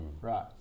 right